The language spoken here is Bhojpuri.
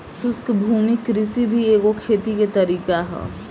शुष्क भूमि कृषि भी एगो खेती के तरीका ह